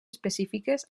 específiques